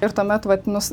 ir tuomet vat nus